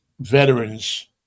veterans